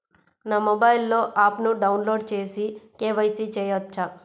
నా మొబైల్లో ఆప్ను డౌన్లోడ్ చేసి కే.వై.సి చేయచ్చా?